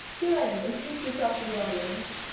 kealan introduce yourself to the audience!